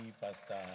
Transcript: Pastor